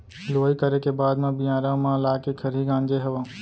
लुवई करे के बाद म बियारा म लाके खरही गांजे हँव